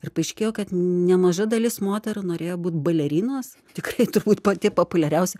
ir paaiškėjo kad nemaža dalis moterų norėjo būt balerinos tikrai turbūt pati populiariausia